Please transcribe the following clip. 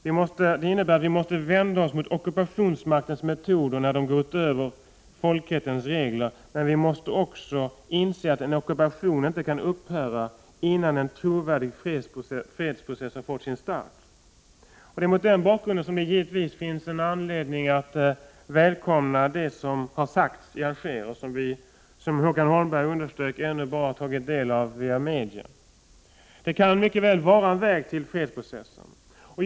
Detta innebär att vi måste vända oss mot ockupationsmaktens metoder när de går utöver vad som är tillåtet enligt folkrättens regler, men vi måste också inse att en ockupation inte kan upphöra innan en trovärdig fredsprocess har fått sin start. Det finns mot den bakgrunden givetvis anledning att välkomna det som har sagts i Alger och som vi, som Håkan Holmberg underströk, ännu bara tagit del av via media. Det kan mycket väl vara en väg till fredsprocessen.